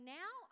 now